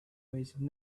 wasted